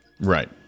Right